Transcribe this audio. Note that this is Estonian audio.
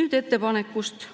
Nüüd ettepanekust